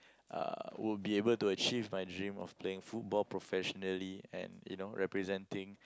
uh would be able to achieve my dream of playing football professionally and you know representing